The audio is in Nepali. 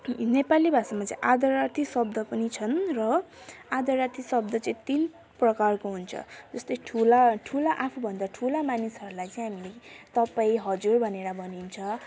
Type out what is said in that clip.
नेपाली भाषामा चाहिँ आदरार्थी शब्द पनि छन् र आदरार्थी शब्द चाहिँ तिन प्रकारको हुन्छ जस्तै ठुला ठुला आफू भन्दा ठुला मानिसहरूलाई चाहिँ हामी तपाईँ हजुर भनेर भनिन्छ